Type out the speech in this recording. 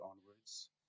onwards